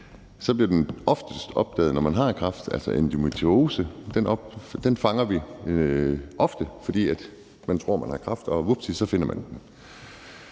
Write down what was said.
bliver den oftest opdaget, når man har kræft. Altså, endometriose fanger vi ofte, fordi man tror, man har kræft, og vupti, så finder man den.